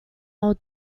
will